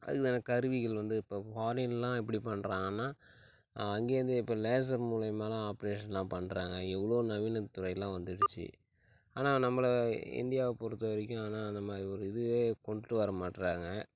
அதுக்கான கருவிகள் வந்து இப்போ ஃபாரின்லாம் எப்படி பண்ணுறாங்கன்னா அங்கேருந்து இப்போ லேசர் மூலிமாலாம் ஆப்ரேஷன்லாம் பண்ணுறாங்க எவ்வளோ நவீனத்துறைலாம் வந்துடுச்சி ஆனால் நம்மள இந்தியாவை பொறுத்த வரைக்கும் ஆனால் நம்ம ஒரு இதுவே கொண்டுட்டு வர மாட்றாங்க